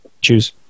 choose